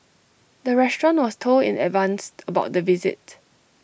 the restaurant was told in advance about the visit